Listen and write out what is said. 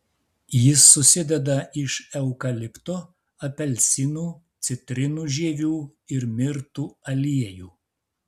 jis susideda iš eukalipto apelsinų citrinų žievių ir mirtų aliejų